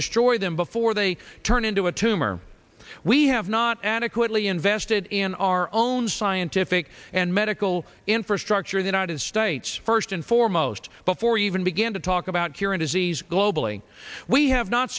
destroy them before they turn into a tumor we have not adequately invested in our own scientific and medical infrastructure the united states first and foremost before you even begin to talk about curing disease globally we have not